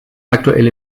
aktuell